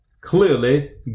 Clearly